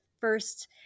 first